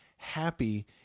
happy